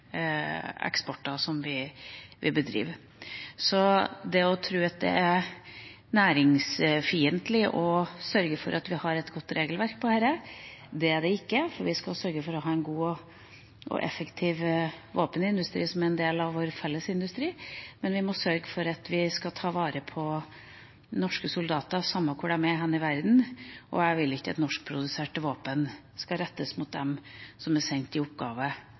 Her møter vi helt andre utfordringer enn i alle andre eksportspørsmål. Så det er ikke næringsfiendtlig å sørge for at vi har et godt regelverk på dette området; vi skal sørge for å ha en god og effektiv våpenindustri som en del av vår fellesindustri. Men vi må sørge for at vi tar vare på norske soldater, samme hvor de er hen i verden. Jeg vil ikke at norskproduserte våpen skal rettes mot dem som er sendt